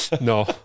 No